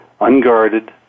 unguarded